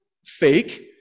Fake